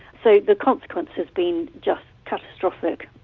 so, the consequence has been just catastrophic.